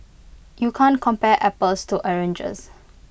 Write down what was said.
you can't compare apples to oranges